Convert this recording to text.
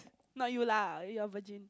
not you lah you're virgin